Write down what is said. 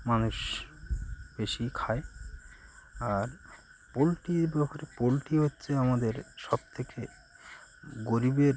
মানুষ বেশি খায় আর পোলট্রির ব্যবহারে পোলট্রি হচ্ছে আমাদের সবথেকে গরিবের